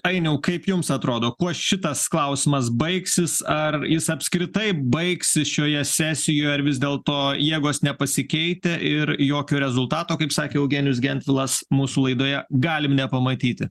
ainiau kaip jums atrodo kuo šitas klausimas baigsis ar jis apskritai baigsis šioje sesijo ar vis dėlto jėgos nepasikeitę ir jokio rezultato kaip sakė eugenijus gentvilas mūsų laidoje galim nepamatyti